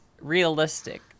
realistic